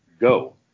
go